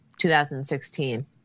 2016